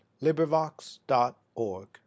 LibriVox.org